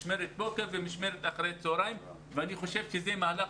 משמרת בוקר ומשמרת אחר הצוהריים ואני חושב שזה מהלך